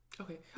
okay